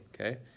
Okay